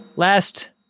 Last